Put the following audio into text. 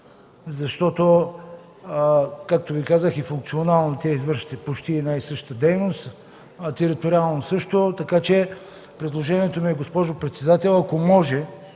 защото, както Ви казах, и функционално те извършват почти една и съща дейност, териториално – също. Предложението ми, госпожо председател, е, ако може